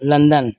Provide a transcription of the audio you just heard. London